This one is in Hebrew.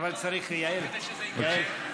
מה צריך לקרות כדי שזה יקרה?